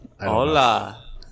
Hola